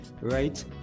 right